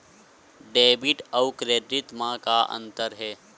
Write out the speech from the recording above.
Debit अउ credit म का अंतर हे?